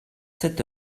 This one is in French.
sept